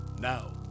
Now